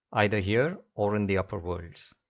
either here or in the upper worlds.